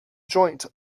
joint